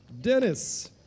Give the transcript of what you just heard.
Dennis